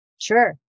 Sure